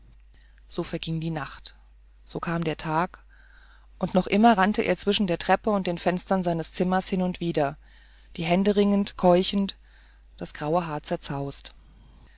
so verging die nacht so kam der tag und noch immer rannte er zwischen der treppe und den fenstern seines zimmers hin und her die hände ringend keuchend das graue haar zerzaust